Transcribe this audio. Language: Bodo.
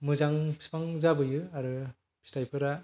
मोजां बिफां जाबोयो आरो फिथाइफोरा